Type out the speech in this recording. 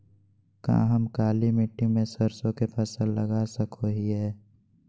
का हम काली मिट्टी में सरसों के फसल लगा सको हीयय?